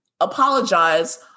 apologize